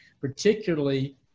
particularly